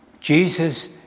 Jesus